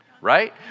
right